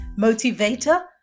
motivator